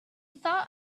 thought